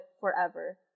forever